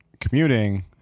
commuting